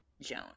Joan